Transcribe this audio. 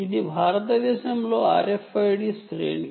ఇది భారతదేశంలో RFID శ్రేణి